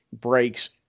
breaks